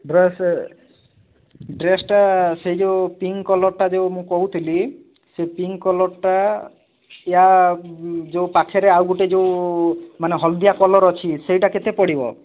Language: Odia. ଡ୍ରେସ ଡ୍ରେସଟା ସେଇ ଯେଉଁ ପିଙ୍କ କଲରଟା ଯେଉଁ ମୁଁ କହୁଥିଲି ସେଇ ପିଙ୍କ କଲରଟା ଏହା ଯେଉଁ ପାଖରେ ଆଉ ଗୋଟେ ଯେଉଁ ମାନେ ହଳଦିଆ କଲର ଅଛି ସେଇଟା କେତେ ପଡ଼ିବ